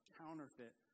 counterfeit